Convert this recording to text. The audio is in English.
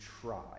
try